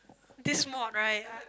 this mod right